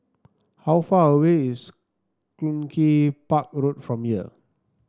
how far away is Cluny Park Road from here